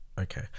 okay